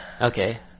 Okay